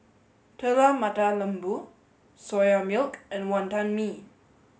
telur mata lembu soya milk and wantan mee